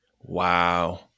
Wow